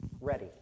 ready